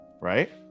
right